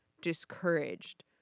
discouraged